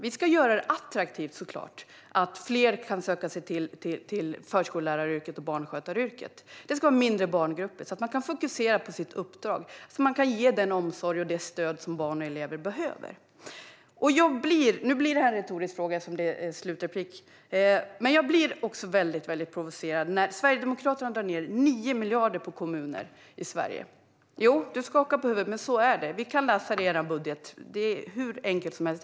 Vi ska såklart göra det attraktivt så att fler söker sig till förskollärar och barnskötaryrket. Barngrupperna ska vara mindre så att man kan fokusera på sitt uppdrag och ge den omsorg och det stöd som barnen och eleverna behöver. Nu blir min fråga retorisk eftersom detta är slutreplik. Jag blir dock väldigt provocerad när Sverigedemokraterna drar bort 9 miljarder för Sveriges kommuner. Stefan Jakobsson skakar på huvudet men så är det. Vi kan läsa det i er budget. Det är hur enkelt som helst.